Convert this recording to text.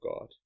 God